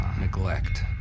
neglect